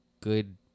good